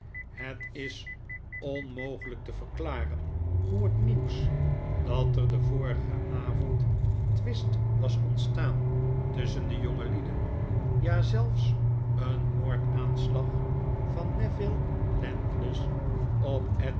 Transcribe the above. het is onmogelyk te verklaren hoe het nieuws dat er den vorigen avond twist was ontstaan tusschen de jongelieden ja zelfs een moordaanslag van neville landless op